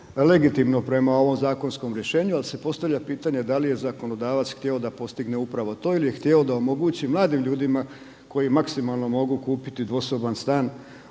legitimno prema ovom zakonskom rješenju ali se postavlja pitanje da li je zakonodavac htio da postigne upravo to ili je htio da omogući mladim ljudima koji maksimalno mogu kupiti dvosoban stan